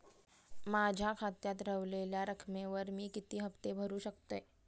माझ्या खात्यात रव्हलेल्या रकमेवर मी किती हफ्ते भरू शकतय?